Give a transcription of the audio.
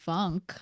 Funk